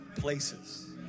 places